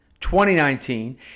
2019